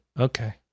Okay